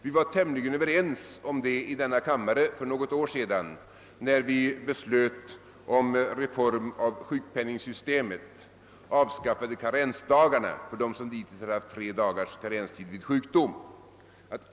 Vi var tämligen överens om det när vi i denna kammare för något år sedan beslutade en reform av sjukpenningsystemet och avskaffade karensdagarna för dem som tidigare haft tre dagars karenstid vid sjukdom.